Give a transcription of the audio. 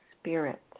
spirit